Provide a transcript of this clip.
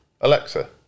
Alexa